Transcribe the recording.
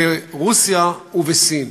ברוסיה ובסין.